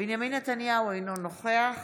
בנימין נתניהו, אינו נוכח